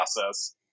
process